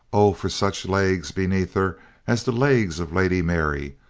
oh for such legs beneath her as the legs of lady mary,